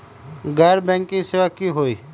गैर बैंकिंग सेवा की होई?